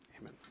amen